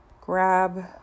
grab